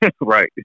right